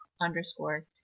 underscore